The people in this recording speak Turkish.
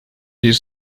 bir